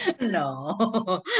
No